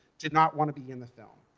did not want to be in the film.